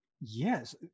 Yes